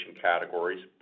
categories